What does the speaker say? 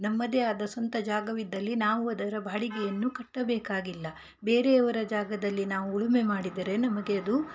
ನಮ್ಮದೇ ಆದ ಸ್ವಂತ ಜಾಗವಿದ್ದಲ್ಲಿ ನಾವು ಅದರ ಬಾಡಿಗೆಯನ್ನು ಕಟ್ಟಬೇಕಾಗಿಲ್ಲ ಬೇರೆಯವರ ಜಾಗದಲ್ಲಿ ನಾವು ಉಳುಮೆ ಮಾಡಿದರೆ ನಮಗೆ ಅದು